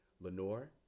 Lenore